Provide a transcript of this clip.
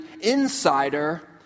insider